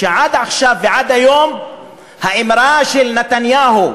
שעד עכשיו ועד היום האמרה של נתניהו,